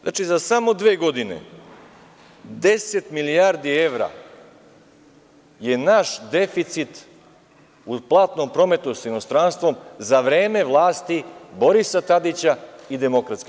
Znači, za samo dve godine deset milijardi evra je naš deficit u platnom prometu s inostranstvom za vreme vlasti Borisa Tadića i DS.